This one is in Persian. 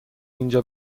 اینجا